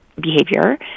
behavior